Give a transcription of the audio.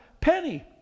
penny